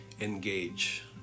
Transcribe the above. Engage